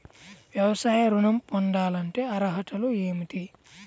వ్యవసాయ ఋణం పొందాలంటే అర్హతలు ఏమిటి?